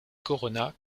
corona